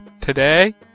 Today